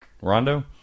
rondo